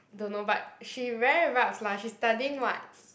don't know but she very rabz lah she studying [what]